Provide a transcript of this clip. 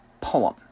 poem